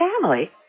Family